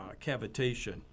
cavitation